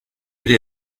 bile